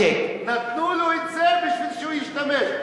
לסדאם, נתנו לו את זה בשביל שהוא ישתמש.